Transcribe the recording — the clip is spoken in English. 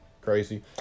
crazy